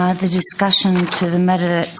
ah the discussion to the matter